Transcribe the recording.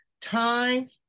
time